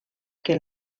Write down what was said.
que